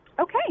Okay